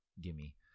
Gimme